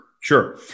Sure